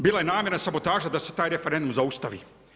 Bila je namjena, sabotaža da se taj referendum zaustavi.